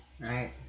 Right